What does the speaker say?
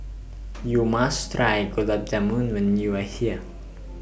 YOU must Try Gulab Jamun when YOU Are here